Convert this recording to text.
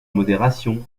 modération